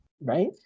right